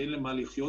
שאין להם ממה לחיות.